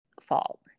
fault